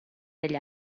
degli